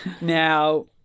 Now